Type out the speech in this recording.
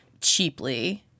cheaply